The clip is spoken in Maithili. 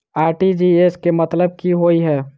आर.टी.जी.एस केँ मतलब की होइ हय?